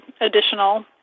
additional